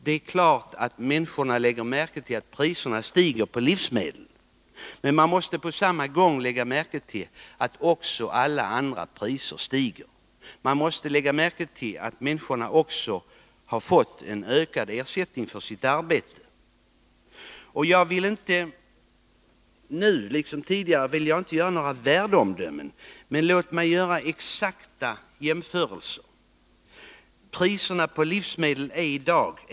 Det är klart att människor lägger märke till att priserna på livsmedel stiger, men man måste samtidigt konstatera att alla andra priser stiger. Man måste lägga märke till att människor också har fått ökad ersättning för sitt arbete. Jag vill nu inte, lika litet som tidigare, göra några värdeomdömen, men låt mig göra exakta jämförelser.